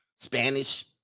Spanish